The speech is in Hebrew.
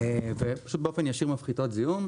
ובאופן ישיר מפחיתות זיהום.